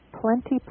plenty